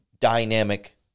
dynamic